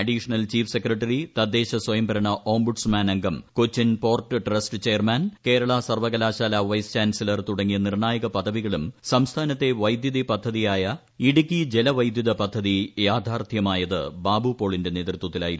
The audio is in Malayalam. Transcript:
അഡീഷണൽ ചീഫ് സെക്രട്ടറി തദ്ദേശസ്വയംഭരണ ഓംബുഡ്സ്മാൻ അംഗം Cochin port trust chairman Kerala സർവ്വകലാശാല വൈസ് ചാൻസലർ തുടങ്ങിയ നിർണ്ണായക പദവികളും സംസ്ഥാനത്തെ വൈദ്യുതി പദ്ധതിയായ ഇടുക്കി ജലവൈദ്യുത പദ്ധതി യാഥാർത്ഥമായത് ബാബുപോളിന്റെ നേതൃത്വത്തിലായിരുന്നു